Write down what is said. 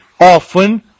often